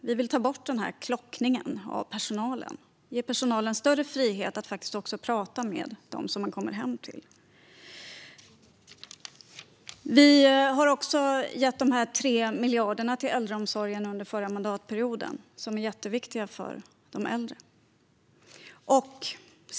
Vi vill ta bort klockningen av personalen och ge personalen större frihet att prata med dem som man kommer hem till. Vi har också gett 3 miljarder till äldreomsorgen under den förra mandatperioden. De är jätteviktiga för de äldre.